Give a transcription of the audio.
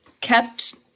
kept